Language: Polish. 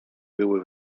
były